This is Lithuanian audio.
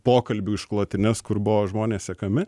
pokalbių išklotines kur buvo žmonės sekami